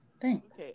Thanks